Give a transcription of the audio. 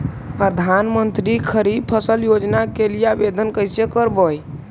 प्रधानमंत्री खारिफ फ़सल योजना के लिए आवेदन कैसे करबइ?